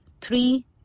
three